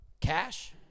cash